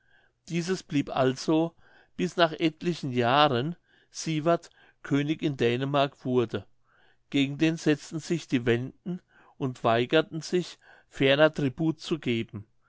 dieses blieb also bis nach etlichen jahren sievert könig in dänemark wurde gegen den setzten sich die wenden und weigerten sich ferner tribut zu geben